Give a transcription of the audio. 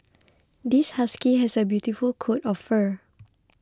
this husky has a beautiful coat of fur